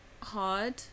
hard